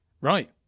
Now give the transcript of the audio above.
Right